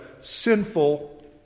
sinful